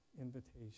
invitation